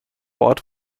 ort